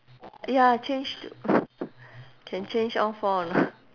ya change to can change all four or not